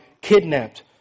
kidnapped